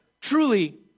truly